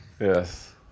yes